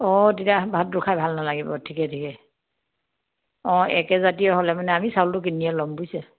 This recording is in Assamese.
অঁ তেতিয়া ভাতটো খাই ভাল নালাগিব ঠিকে ঠিকে অঁ একেজাতীয় হ'লে মানে আমি চাউলটো কিনিয়ে ল'ম বুজিছে